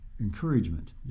encouragement